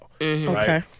Okay